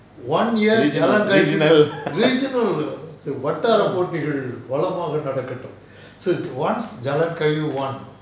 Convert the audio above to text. regional regional